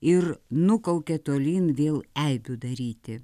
ir nukaukė tolyn vėl eibių daryti